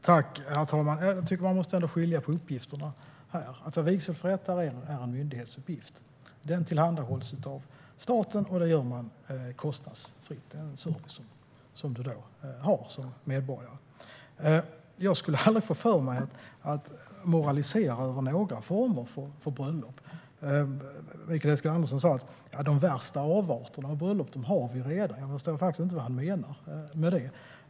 Herr talman! Jag tycker ändå att man måste skilja på uppgifterna. Att vara vigselförrättare är en myndighetsuppgift. Den tillhandahålls av staten, och den är kostnadsfri. Det är en service som man som medborgare har. Jag skulle aldrig få för mig att moralisera över några former för bröllop. Mikael Eskilandersson sa att vi redan har de värsta avarterna av bröllop. Jag förstår faktiskt inte vad han menar med det.